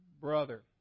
brother